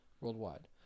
worldwide